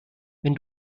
wenn